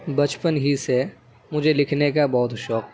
بچپن ہی سے مجھے لکھنے کا بہت شوق تھا